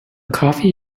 coffee